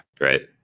right